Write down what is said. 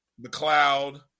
McLeod